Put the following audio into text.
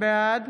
בעד